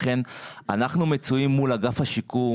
אנחנו מצויים מול אגף השיקום,